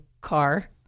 car